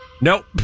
Nope